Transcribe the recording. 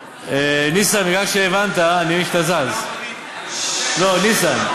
ניסן, מכיוון שהבנת, אני מבין שאתה זז, לא, ניסן.